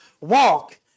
walk